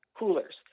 coolers